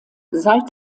seit